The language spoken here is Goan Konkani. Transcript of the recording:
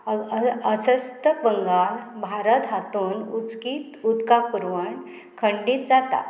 अ अ अस्स्त बंगाल भारत हातून उचकीत उदका पुरवण खंडीत जाता